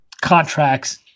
contracts